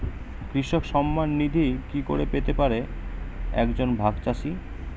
কৃষক সন্মান নিধি কি করে পেতে পারে এক জন ভাগ চাষি?